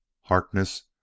Harkness